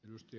nosti